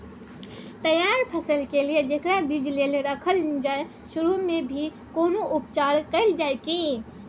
तैयार फसल के लिए जेकरा बीज लेल रखल जाय सुरू मे भी कोनो उपचार कैल जाय की?